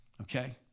okay